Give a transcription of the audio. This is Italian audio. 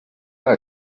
era